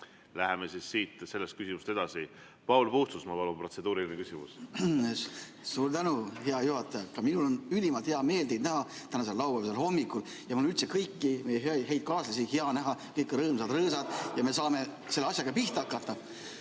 Läheme siit sellest küsimusest edasi. Paul Puustusmaa, palun protseduuriline küsimus! Suur tänu, hea juhataja! Ka mul on ülimalt hea meel teid näha tänasel lauapäevasel hommikul ja üldse kõiki meie häid kaaslasi on hea näha – kõik on rõõmsad-rõõsad ja me saame selle asjaga pihta hakata.